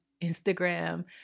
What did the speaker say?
Instagram